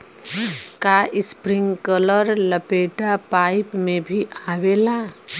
का इस्प्रिंकलर लपेटा पाइप में भी आवेला?